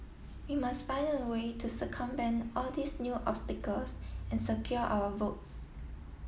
we must find a way to circumvent all these new obstacles and secure our votes